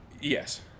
Yes